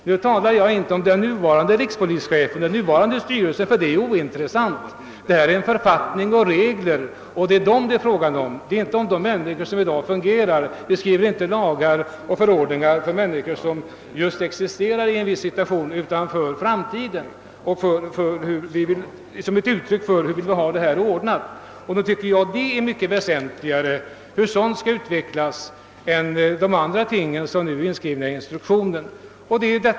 Jag talar nu inte om den nuvarande rikspolischefen eller om den nuvarande rikspolisstyrelsen — de är i detta sammanhang ointressanta. Det är författningen och reglerna det är fråga om, inte de människor som i dag innehar de olika posterna. Vi skriver inte dessa lagar och förordningar med tanke på de människor som för dagen fullgör uppgifterna, utan bestämmelserna är ett uttryck för hur vi för framtiden vill ha det hela ordnat. Jag tycker att detta är mycket väsentligare än de andra ting som nu är inskrivna i instruktionen.